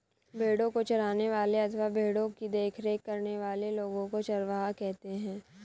भेड़ों को चराने वाले अथवा भेड़ों की देखरेख करने वाले लोगों को चरवाहा कहते हैं